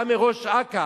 גם מראש אכ"א,